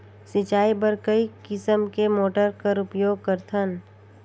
सिंचाई बर कई किसम के मोटर कर उपयोग करथन?